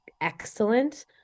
excellent